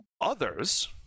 Others